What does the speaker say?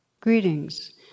Greetings